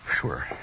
Sure